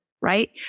right